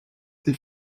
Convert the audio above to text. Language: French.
des